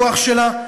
הכוח שלה,